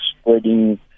spreading